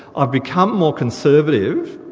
i've become more conservative,